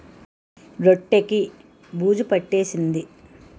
రొట్టె కి బూజు పట్టేసింది